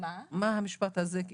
המשפט הזה?